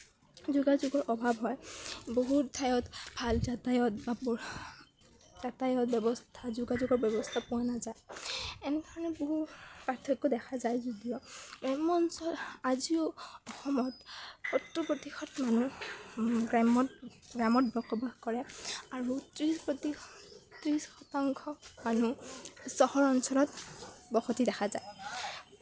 যোগাযোগৰ অভাৱ হয় বহুত ঠাইত ভাল যাতায়ত বা যাতায়ত ব্যৱস্থা যোগাযোগৰ ব্যৱস্থা পোৱা নাযায় এনেধৰণৰ বহু পাৰ্থক্য দেখা যায় যদিও গ্ৰাম্য অঞ্চল আজিও অসমত সত্তৰ প্ৰতিশদ মানুহ গ্ৰামত বসবাস কৰে আৰু ত্ৰিশ ত্ৰিশ শতাংশ মানুহ চহৰ অঞ্চলত বসতি দেখা যায়